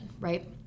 right